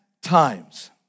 times